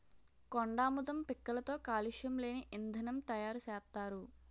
కొండాముదం పిక్కలతో కాలుష్యం లేని ఇంధనం తయారు సేత్తారు